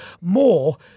more